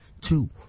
two